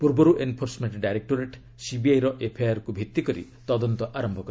ପୂର୍ବରୁ enforcement directorate ସିବିଆଇର ଏଫ୍ଆଇଆର୍କୁ ଭିତ୍ତି କରି ତଦନ୍ତ ଆରମ୍ଭ କରିଥିଲା